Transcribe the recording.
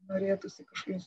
norėtųsi kažkokios